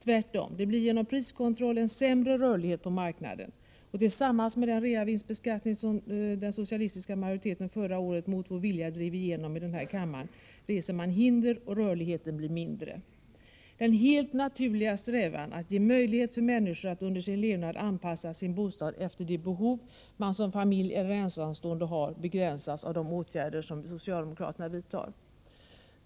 Tvärtom, det blir genom priskontroll en sämre rörlighet på marknaden, och tillsammans med den reavinstbeskattning som den socialistiska majoriteten förra året mot vår vilja drev igenom i denna kammare reser man hinder, och rörligheten blir mindre. Den helt naturliga strävan att ge möjlighet för människor att under sin levnad anpassa sin bostad efter de behov man som familj eller ensamstående har begränsas av de åtgärder socialdemokraterna vidtar.